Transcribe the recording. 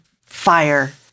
fire